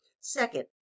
Second